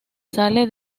sale